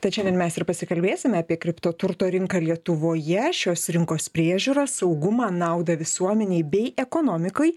tad šiandien mes ir pasikalbėsime apie kripto turto rinką lietuvoje šios rinkos priežiūrą saugumą naudą visuomenei bei ekonomikoj